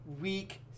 Week